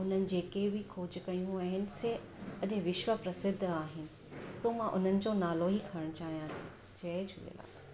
हुननि जेके बि खोज कयूं आहिनि से अॼु विश्व प्रसिद्ध आहे सो मां हुननि जो नालो ई खणणु चाहियां थी जय झूलेलाल